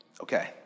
Okay